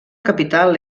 capital